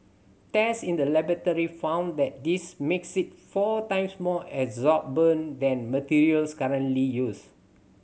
test in the laboratory found that this makes it four times more absorbent than materials currently used